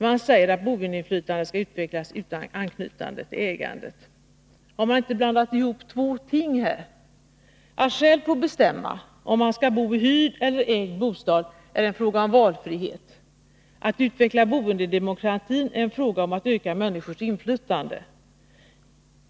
Man säger att boendeinflytandet skall utvecklas utan anknytning till ägandet. Har man inte blandat ihop två ting här? Att själv få bestämma om man skall bo i hyrd eller i ägd bostad är en fråga om valfrihet. Att utveckla boendedemokratin är en fråga om att öka människors inflytande.